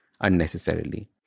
unnecessarily